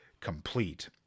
complete